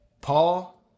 Paul